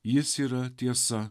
jis yra tiesa